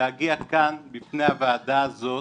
להגיע לכאן בפני הוועדה הזאת